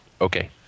Okay